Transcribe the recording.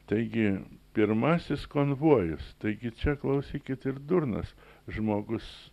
taigi pirmasis konvojus taigi čia klausykit ir durnas žmogus